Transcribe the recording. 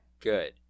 good